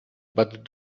but